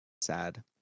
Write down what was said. Sad